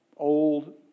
Old